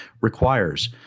requires